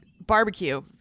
barbecue